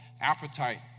appetite